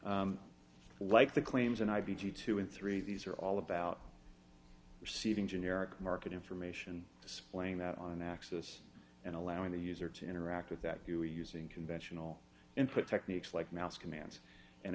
issues like the claims and i v g two and three these are all about receiving generic market information displaying that on access and allowing the user to interact with that you using conventional input techniques like mouse commands and